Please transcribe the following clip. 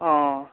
অঁ